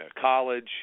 college